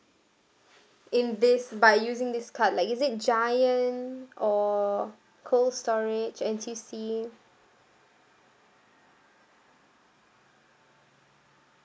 in this by using this card like is it Giant or Cold Storage N_T_U_C